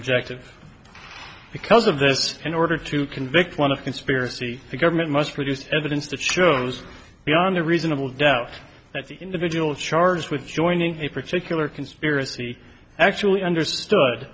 objective because of this in order to convict one of conspiracy the government must produce evidence that shows beyond a reasonable doubt that the individual charged with joining a particular conspiracy actually understood